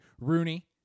Rooney